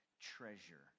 treasure